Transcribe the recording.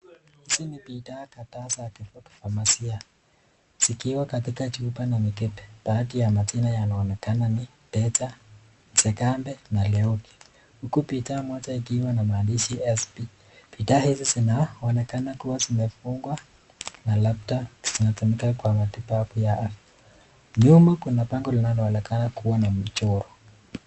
Hizi ni bidhaa kadhaa za kifamasia zikiwa katika mikebe. Baadhi ya mikebe imeandikwa Deja, Nzegambe na Leoki. Bidhaa hizi zinaonekana kua zimefungwa na labda yanatumika katika matibabu. nyuma kuna bango linaloonekana kua na mchoro.